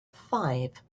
five